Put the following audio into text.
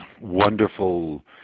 wonderful